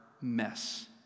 mess